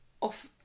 off